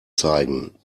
zeigen